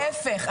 להיפך,